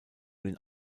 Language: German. den